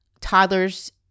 toddlers